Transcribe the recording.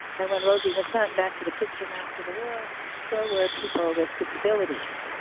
and when rosie was sent back to the kitchen after the war so were people with disabilities.